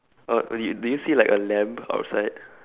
uh do y~ do you see like a lamb outside